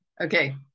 okay